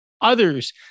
others